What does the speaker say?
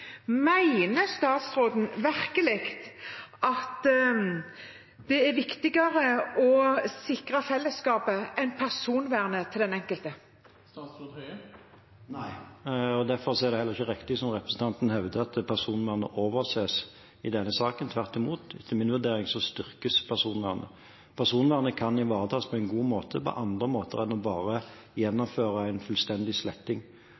statsråden virkelig at det er viktigere å sikre fellesskapet enn personvernet til den enkelte? Nei. Derfor er det heller ikke riktig, som representanten hevder, at personvernet overses i denne saken. Tvert imot, etter min vurdering styrkes personvernet. Personvernet kan ivaretas på en god måte på andre måter enn bare gjennom en fullstendig sletting,